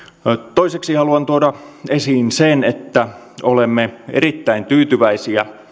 toiseksi haluan tuoda esiin sen että olemme erittäin tyytyväisiä